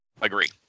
Agree